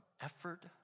effort